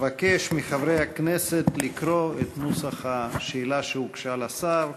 אבקש מחברי הכנסת לקרוא את נוסח השאלה שהוגשה לשר,